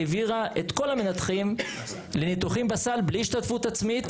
היא העבירה את כל המנתחים לניתוחים בסל בלי השתתפות עצמית,